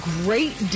great